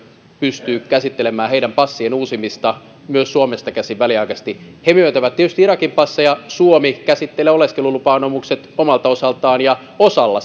pystyy käsittelemään heidän passiensa uusimista myös suomesta käsin väliaikaisesti he myöntävät tietysti irakin passeja suomi käsittelee oleskelulupa anomukset omalta osaltaan osalla